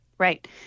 Right